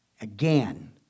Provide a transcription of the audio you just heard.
Again